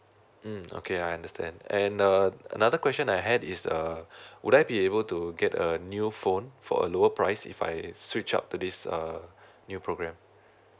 mm okay I understand and uh another question I had is a uh would I be able to get a new phone for a lower price if I switch up to this uh new program